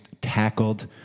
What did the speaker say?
tackled